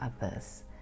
others